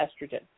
estrogen